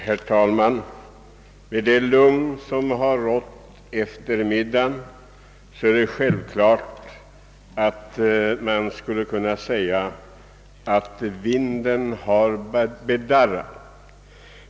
Herr talman! Det lugn som rått efter middagspausen skulle kunna föranleda en att tro att vinden har bedarrat.